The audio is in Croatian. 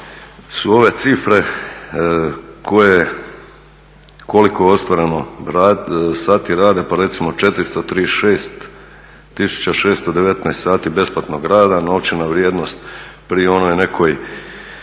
su ove cifre koje koliko je ostvareno sati rada, pa recimo 436 tisuća 619 sati besplatnog rada, novčana vrijednost pri onoj nekoj